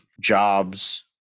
jobs